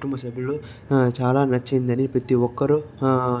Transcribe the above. కుటుంబ సభ్యులు చాలా నచ్చింది అని ప్రతి ఒక్కరూ